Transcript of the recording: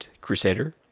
Crusader